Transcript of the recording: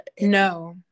No